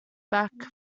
back